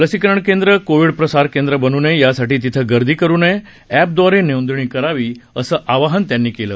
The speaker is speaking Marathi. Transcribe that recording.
लसीकरण केंद्र कोविड प्रसार केंद्र बन् नयेत यासाठी तिथे गर्दी करू नये अॅप द्वारे नोंदणी करावी असं आवाहन त्यांनी केलं